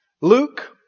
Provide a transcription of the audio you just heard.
Luke